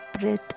breath